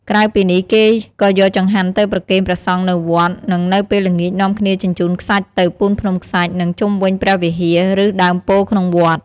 ក្រៅពីនេះ គេក៏យកចង្ហាន់ទៅប្រគេនព្រះសង្ឃនៅវត្ត និងនៅពេលល្ងាចនាំគ្នាជញ្ជូនខ្សាច់ទៅ ពូនភ្នំខ្សាច់ នៅជុំវិញព្រះវិហារ ឬ ដើមពោធិ៍ក្នុងវត្ត។